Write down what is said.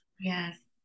Yes